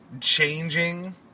changing